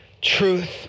Truth